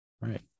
Right